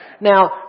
now